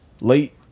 late